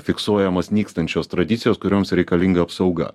fiksuojamos nykstančios tradicijos kurioms reikalinga apsauga